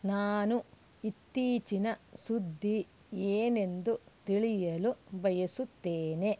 ನಾನು ಇತ್ತೀಚಿನ ಸುದ್ದಿ ಏನೆಂದು ತಿಳಿಯಲು ಬಯಸುತ್ತೇನೆ